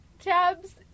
Tabs